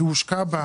שהושקעו בה